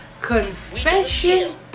Confession